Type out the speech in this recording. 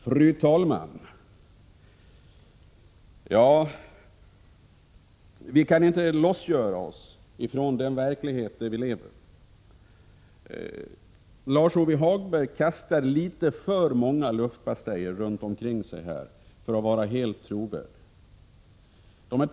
Fru talman! Vi kan inte lossgöra oss ifrån den verklighet där vi lever. Lars-Ove Hagberg kastar litet för många luftpastejer omkring sig för att vara helt trovärdig.